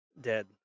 dead